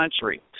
country